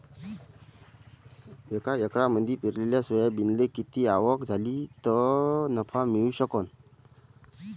एका हेक्टरमंदी पेरलेल्या सोयाबीनले किती आवक झाली तं नफा मिळू शकन?